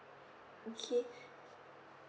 okay